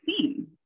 seen